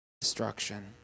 destruction